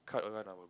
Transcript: cut around our